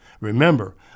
Remember